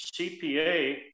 CPA